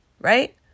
right